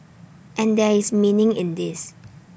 and there is meaning in this